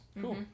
Cool